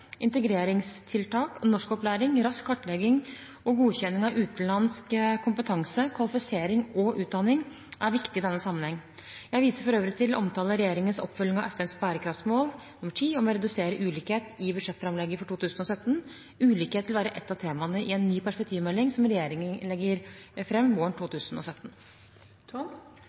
Integreringstiltak, norskopplæring, rask kartlegging og godkjenning av utenlandsk kompetanse, kvalifisering og utdanning er viktig i denne sammenheng. Jeg viser for øvrig til omtalen av regjeringens oppfølging av FNs bærekraftsmål nr. 10, om å redusere ulikhet, i budsjettframlegget for 2017. Ulikhet vil være ett av temaene i en ny perspektivmelding, som regjeringen legger fram våren 2017.